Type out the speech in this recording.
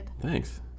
thanks